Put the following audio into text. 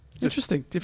Interesting